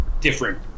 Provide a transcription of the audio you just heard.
different